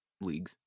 league